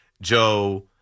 Joe